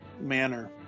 manner